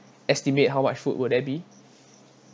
estimate how much food will there be